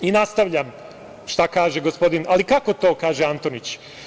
Nastavljam šta kaže gospodin - ali, kako to, kaže Antonić.